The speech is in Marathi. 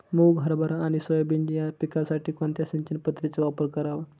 मुग, हरभरा आणि सोयाबीन या पिकासाठी कोणत्या सिंचन पद्धतीचा वापर करावा?